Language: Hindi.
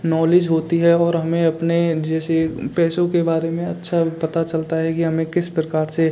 नॉलेज होती है और हमें अपने जैसे पैसों के बारे में अच्छा पता चलता है कि हमें किस प्रकार से